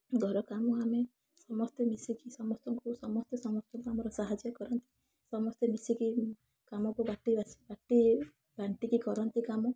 ଘର କାମ ଆମେ ସମସ୍ତେ ମିଶିକି ସମସ୍ତଙ୍କୁ ସମସ୍ତେ ସମସ୍ତଙ୍କୁ ଆମର ସାହାଯ୍ୟ କରନ୍ତି ସମସ୍ତେ ମିଶିକି କାମକୁ ବାଟି ବାଟି ବାଣ୍ଟି କି କରନ୍ତି କାମ